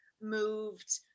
moved